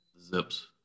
Zips